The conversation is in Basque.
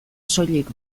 soilik